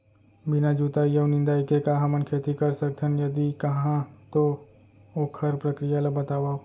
बिना जुताई अऊ निंदाई के का हमन खेती कर सकथन, यदि कहाँ तो ओखर प्रक्रिया ला बतावव?